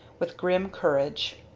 with grim courage.